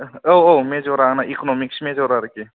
औ औ मेजरा आंना इक'नमिक्स मेजर आरोखि